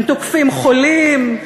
הם תוקפים חולים,